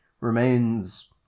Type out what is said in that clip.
remains